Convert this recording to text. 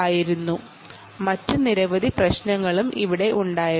കാരണം അതിന് മറ്റ് നിരവധി പ്രശ്നങ്ങളും അവിടെ ഉണ്ടായിരുന്നു